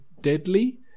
deadly